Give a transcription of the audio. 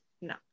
no